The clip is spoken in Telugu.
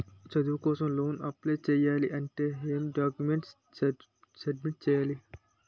చదువు కోసం లోన్ అప్లయ్ చేయాలి అంటే ఎం డాక్యుమెంట్స్ సబ్మిట్ చేయాలి?